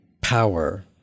power